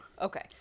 Okay